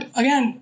again